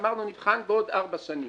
אמרנו נבחן בעוד ארבע שנים.